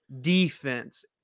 defense